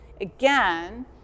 again